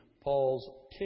Paul's